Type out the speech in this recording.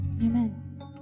amen